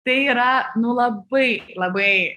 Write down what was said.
tai yra nu labai labai